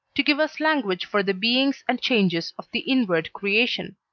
to give us language for the beings and changes of the inward creation.